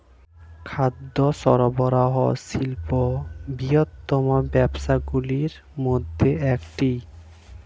খাদ্য সরবরাহ শিল্প বৃহত্তম ব্যবসাগুলির মধ্যে একটি